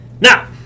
Now